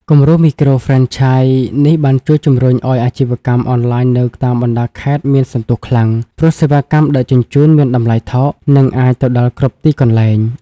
គំរូមីក្រូហ្វ្រេនឆាយនេះបានជួយជំរុញឱ្យអាជីវកម្មអនឡាញនៅតាមបណ្ដាខេត្តមានសន្ទុះខ្លាំង ព្រោះសេវាកម្មដឹកជញ្ជូនមានតម្លៃថោក និងអាចទៅដល់គ្រប់ទីកន្លែង។